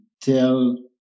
tell